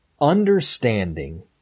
understanding